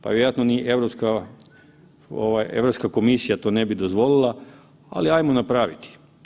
Pa vjerojatno ni Europska komisija to ne bi dozvolila, ali ajmo napraviti.